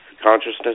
Consciousness